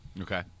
Okay